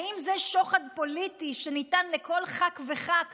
האם זה שוחד פוליטי שניתן לכל ח"כ וח"כ